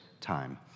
time